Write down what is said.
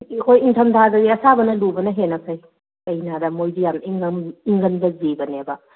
ꯑꯩꯈꯣꯏ ꯅꯤꯡꯊꯝ ꯊꯥꯗꯗꯤ ꯑꯁꯥꯕꯅ ꯂꯨꯕꯅ ꯍꯦꯟꯅ ꯐꯩ ꯀꯩꯒꯤꯅꯣ ꯍꯥꯏꯕꯗ ꯃꯣꯏꯗꯤ ꯌꯥꯝ ꯏꯪꯒꯟꯕ ꯖꯤꯕꯅꯦꯕ